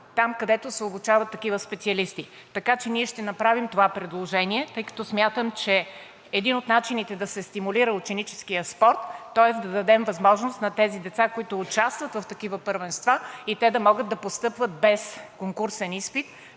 там, където се обучават такива специалисти, така че ние ще направим това предложение, тъй като смятам, че един от начините да се стимулира ученическият спорт, тоест да дадем възможност на тези деца, които участват в такива първенства, и те да могат да постъпват без конкурсен изпит